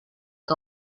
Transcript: que